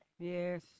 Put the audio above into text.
Yes